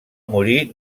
morir